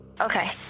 Okay